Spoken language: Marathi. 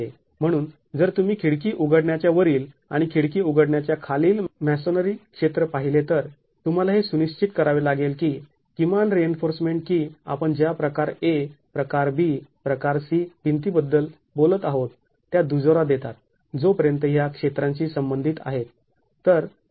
म्हणून जर तुम्ही खिडकी उघडण्याच्या वरील आणि खिडकी उघडण्याच्या खालील मॅसोनरी क्षेत्र पाहिले तर तुम्हाला हे सुनिश्चित करावे लागेल की किमान रिइन्फोर्समेंट की आपण ज्या प्रकार A प्रकार B प्रकार C भिंती बद्दल बोलत आहोत त्या दुजोरा देतात जोपर्यंत ह्या क्षेत्रांशी संबंधित आहेत